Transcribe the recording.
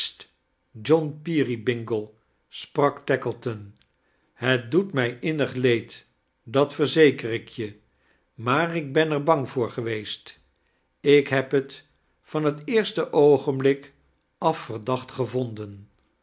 john peery bangle sprak tackleton het doet mij innig leed dat verzeker ik je maar ik ben eir bang voor geweest ik heb het van het eerste oogenblik af verdacht gevonden